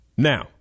Now